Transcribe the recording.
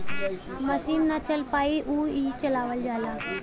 मसीन ना चल पाई उहा ई चलावल जाला